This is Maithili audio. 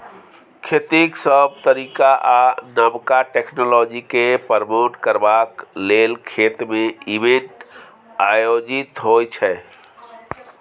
खेतीक नब तरीका आ नबका टेक्नोलॉजीकेँ प्रमोट करबाक लेल खेत मे इवेंट आयोजित होइ छै